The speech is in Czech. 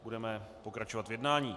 Budeme pokračovat v jednání.